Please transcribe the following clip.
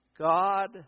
God